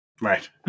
Right